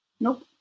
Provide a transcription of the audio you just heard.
Nope